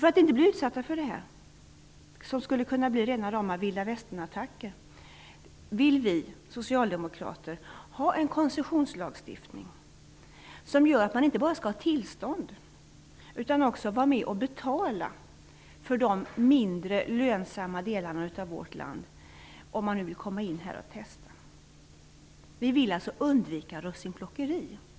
För att inte bli utsatta för det som skulle kunna bli rena rama vilda-västern-attacker vill vi socialdemokrater ha till stånd en koncessionslagstiftning. Om man nu vill komma in och testa, skall man också vara med och betala för de mindre lönsamma delarna av vårt land. Vi vill undvika ''russinplockeri''.